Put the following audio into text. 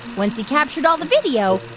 once he captured all the video,